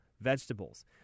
vegetables